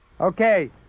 Okay